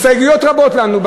הסתייגויות רבות לנו.